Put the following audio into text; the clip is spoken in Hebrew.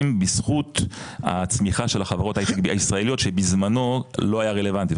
בזכות הצמיחה של החברות הישראליות שבזמנו לא היה רלוונטי,